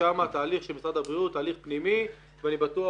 ושם התהליך של משרד הבריאות הוא תהליך פנימי ואני בטוח